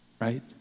Right